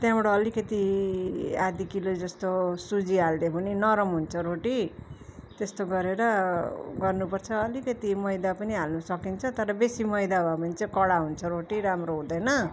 त्यहाँबाट अलिकति आदि किलो जस्तो सुजी हालिदियो भने नरम हुन्छ रोटी त्यस्तो गरेर गर्नुपर्छ अलिकति मैदा पनि हाल्नु सकिन्छ तर बेसी मैदा भयो भने चाहिँ कडा हुन्छ रोटी राम्रो हुँदैन